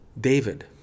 David